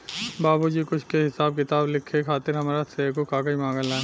बाबुजी कुछ के हिसाब किताब लिखे खातिर हामरा से एगो कागज मंगलन